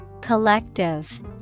Collective